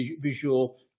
visual